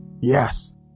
yes